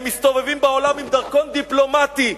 הם מסתובבים בעולם עם דרכון דיפלומטי.